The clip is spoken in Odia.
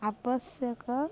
ଆବଶ୍ୟକ